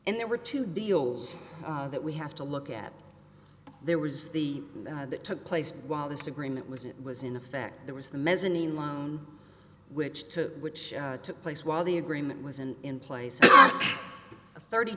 and there were two deals that we have to look at there was the that took place while this agreement was it was in effect there was the mezzanine loan which to which took place while the agreement was and in place a thirty